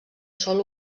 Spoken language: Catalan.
sol